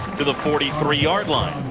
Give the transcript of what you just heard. to the forty three yard line.